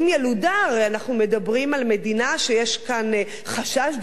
הרי אנחנו מדברים על מדינה שיש בה חשש דמוגרפי,